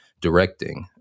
directing